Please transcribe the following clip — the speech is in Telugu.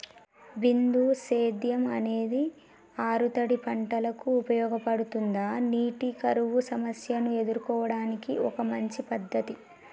బిందు సేద్యం అనేది ఆరుతడి పంటలకు ఉపయోగపడుతుందా నీటి కరువు సమస్యను ఎదుర్కోవడానికి ఒక మంచి పద్ధతి?